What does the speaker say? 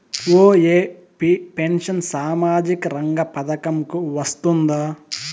OAP pension సామాజిక రంగ పథకం కు వస్తుందా?